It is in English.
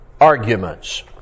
arguments